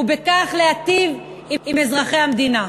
ובכך להיטיב עם אזרחי המדינה.